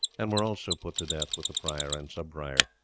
and were also put to death with the prior and sub-prior.